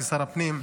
כשר הפנים,